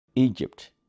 Egypt